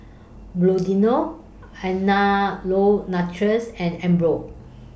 Bluedio Andalou Naturals and Emborg